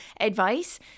advice